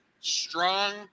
strong